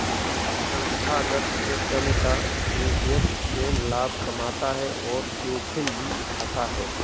संस्थागत उधमिता में व्यक्ति स्वंय लाभ कमाता है और जोखिम भी उठाता है